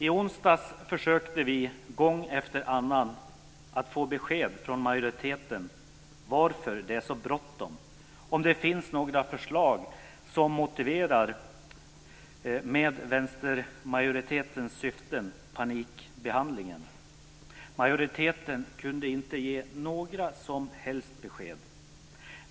I onsdags försökte vi gång efter annan att få besked från majoriteten om varför det är så bråttom, om det finns några förslag som motiverar vänstermajoritetens syften med panikbehandlingen. Majoriteten kunde inte ge några som helst besked.